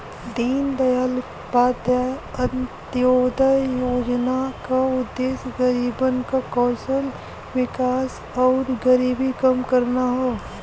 दीनदयाल उपाध्याय अंत्योदय योजना क उद्देश्य गरीबन क कौशल विकास आउर गरीबी कम करना हौ